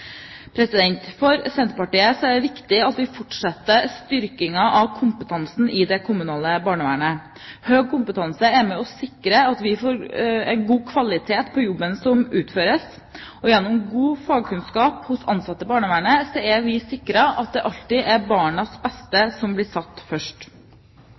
For Senterpartiet er det viktig at vi fortsetter styrkingen av kompetansen i det kommunale barnevernet. Høy kompetanse er med og sikrer at vi får god kvalitet på jobben som utføres, og gjennom god fagkunnskap hos ansatte i barnevernet er vi sikret at det alltid er barnas beste som blir satt først.